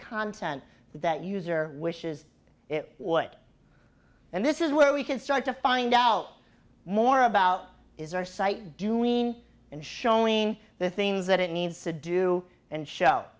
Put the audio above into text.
content that user wishes it would and this is where we can start to find out more about is our site do lean and showing the things that it needs to do and show